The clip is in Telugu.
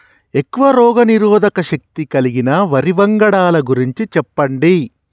ఎక్కువ రోగనిరోధక శక్తి కలిగిన వరి వంగడాల గురించి చెప్పండి?